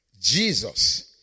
Jesus